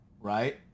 Right